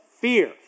fear